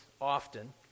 often